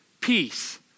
peace